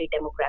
demographic